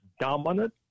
dominant